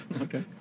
Okay